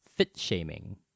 fit-shaming